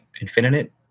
infinite